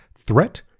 threat